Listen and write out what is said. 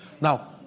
Now